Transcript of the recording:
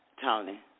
Tony